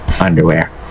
underwear